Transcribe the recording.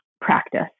practice